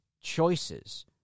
choices